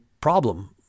problem